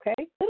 okay